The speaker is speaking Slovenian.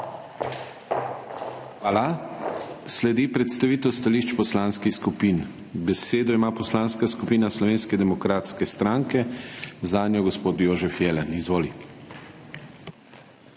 Hvala. Sledi predstavitev stališč poslanskih skupin. Besedo ima Poslanska skupina Slovenske demokratske stranke, zanjo gospod Jožef Jelen. Izvoli.